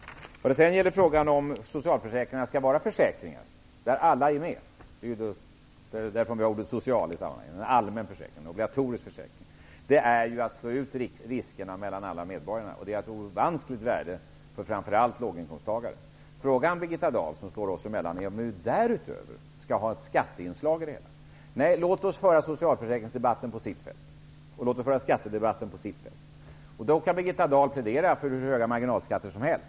Om socialförsäkringarna skall vara försäkringar där alla är med -- det är därifrån vi har ordet social, en allmän obligatorisk försäkring -- handlar det om att slå ut riskerna mellan alla medborgare. Det är av ett ofantligt värde framför allt för låginkomsttagare. Frågan oss emellan, Birgitta Dahl, är om vi därutöver skall ha ett skatteinslag. Nej, låt oss föra socialförsäkringsdebatten på sitt fält och låt oss föra skattedebatten på sitt fält. Då kan Birgitta Dahl plädera för hur höga marginalskatter som helst.